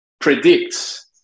predicts